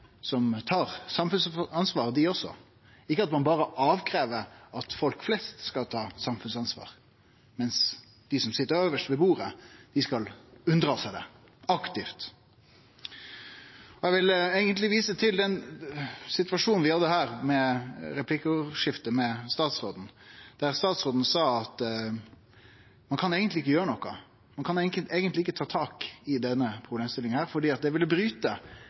ikkje berre krevje at folk flest skal ta samfunnsansvar, mens dei som sit øvst ved bordet, aktivt skal unndra seg det. Eg vil vise til den situasjonen vi hadde i replikkordskiftet med statsråden, der statsråden sa at ein eigentleg ikkje kan gjere noko, at ein eigentleg ikkje kan ta tak i denne problemstillinga,